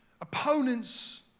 opponents